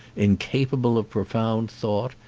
in capable of profound thought,